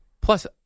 Plus